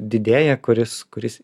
didėja kuris kuris